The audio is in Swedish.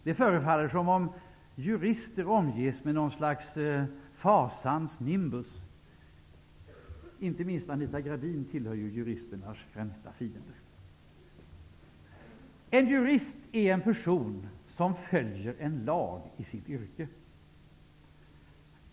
Det förefaller som att jurister omges med något slags fasans nimbus -- inte minst Anita Gradin tillhör ju juristernas främsta fiender. En jurist är en person som i sitt yrke följer en lag.